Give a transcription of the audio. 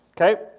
okay